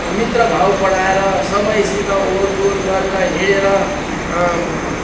मित्रभाव बडाएर सबैसित ओहोरदोहोर गरेर हिँडेर